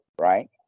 right